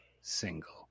single